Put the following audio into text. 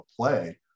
play